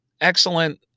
excellent